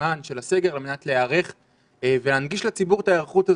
הזמן של הסגר על מנת להיערך ולהנגיש לציבור את ההיערכות הזו.